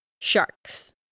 sharks